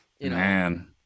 Man